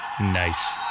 Nice